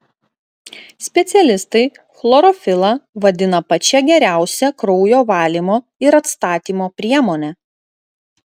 specialistai chlorofilą vadina pačia geriausia kraujo valymo ir atstatymo priemone